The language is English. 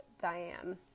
Diane